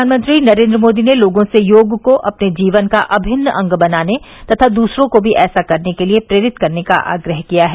प्रधानमंत्री नरेन्द्र मोदी ने लोगों से योग को अपने जीवन का अभिन्न अंग बनाने तथा दूसरों को भी ऐसा करने के लिए प्रेरित करने का आग्रह किया है